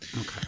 Okay